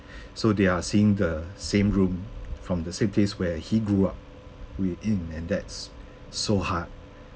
so they are seeing the same room from the same place where he grew up within and that's so hard